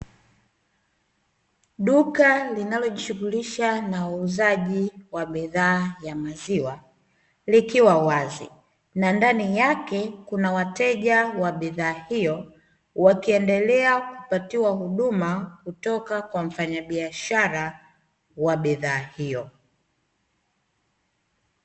Duka linalojishulisha na uuzaji wa bidhaa ya maziwa likiwa wazi na ndani yake kuna wateja wa bidhaa hiyo, wakiendelea kupatiwa huduma kutoka kwa mfanyabiashara wa bidhaa hiyo.